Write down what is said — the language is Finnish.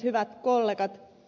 hyvät kollegat